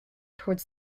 towards